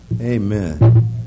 Amen